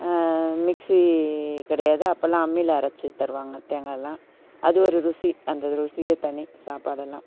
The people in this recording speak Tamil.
மிக்சி கிடையாது அப்பெல்லாம் அம்மியில அரைச்சு தருவாங்க தேங்கால்லாம் அது ஒரு ருசி அந்த ருசியே தனி சாப்பாடெல்லாம்